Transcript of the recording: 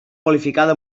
qualificada